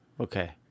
Okay